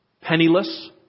Penniless